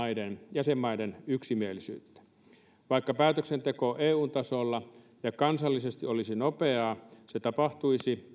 jäsenmaiden yksimielisyyttä vaikka päätöksenteko eu tasolla ja kansallisesti olisi nopeaa tapahtuisi